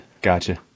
gotcha